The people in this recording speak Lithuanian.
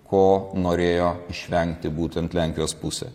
ko norėjo išvengti būtent lenkijos pusė